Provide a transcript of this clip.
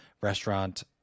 restaurant